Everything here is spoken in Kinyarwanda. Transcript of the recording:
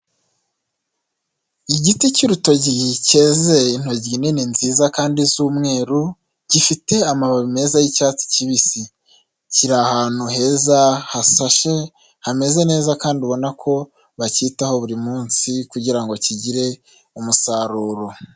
Igiti cy'urutoki cyeze intoki nini nziza kandi z'umweru, gifite amababi meza y'icyatsi kibisi, kiri ahantu heza hasashe, hameze neza kandi ubona ko bacyitaho buri munsi kugira ngo kigire umusaruro.